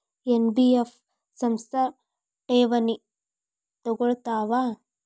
NBF ಸಂಸ್ಥಾ ಠೇವಣಿ ತಗೋಳ್ತಾವಾ?